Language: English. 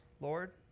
Lord